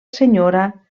senyora